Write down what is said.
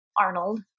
Arnold